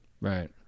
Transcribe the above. Right